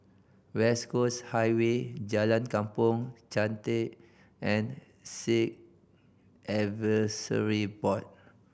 West Coast Highway Jalan Kampong Chantek and Sikh Advisory Board